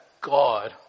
God